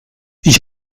ich